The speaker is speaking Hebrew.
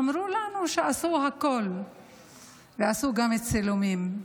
אמרו לנו שעשו הכול ועשו גם צילומים.